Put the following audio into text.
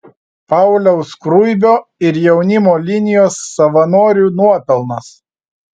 pauliaus skruibio ir jaunimo linijos savanorių nuopelnas